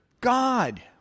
God